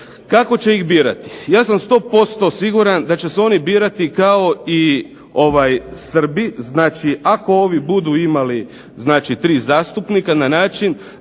Kako će ih birati? Ja sam 100% siguran da će se oni birati kao i Srbi, znači ako ovi budu imali znači tri zastupnika na način